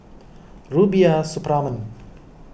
Rubiah Suparman